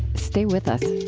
stay with us